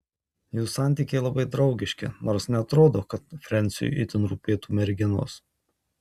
jų santykiai labai draugiški nors neatrodo kad frensiui itin rūpėtų merginos